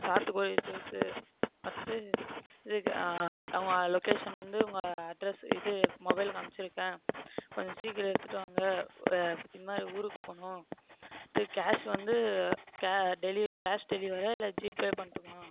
சாத்துக்குடி ஜூஸ்ஸு அடுத்து இதுக்கு அவங்க லோகேஷன் வந்து உங்கள் அட்ரெஸு இது மொபைலுக்கு அனுப்ச்சியிருக்கன் கொஞ்சம் சீக்கிரம் எடுத்துகிட்டு வாங்க இந்த மாதிரி ஊருக்கு போகணும் அடுத்து கேஷ் வந்து டெலிவரி கேஷ் டெலிவரியா இல்லை ஜிபே பண்ணட்டுமா